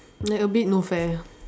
then a bit no fair